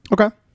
Okay